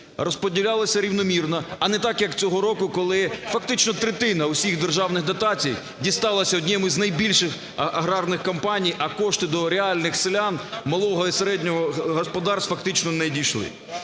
розподілялися рівномірно, а не так як цього року, коли фактично третина всіх державних дотацій дісталася одному з найбільших аграрних компаній, а кошти до реальних селян, малого і середнього господарства фактично не дійшли.